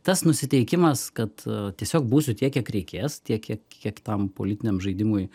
tas nusiteikimas kad tiesiog būsiu tiek kiek reikės tiek kiek kiek tam politiniam žaidimui